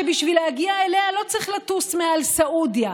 שבשביל להגיע אליה לא צריך לטוס מעל סעודיה,